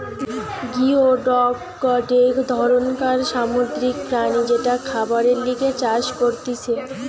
geoduck গটে ধরণকার সামুদ্রিক প্রাণী যেটা খাবারের লিগে চাষ করতিছে